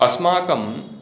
अस्माकं